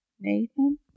Nathan